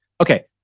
Okay